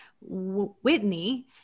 Whitney